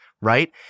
right